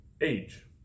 age